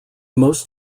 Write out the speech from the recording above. most